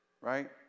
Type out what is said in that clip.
right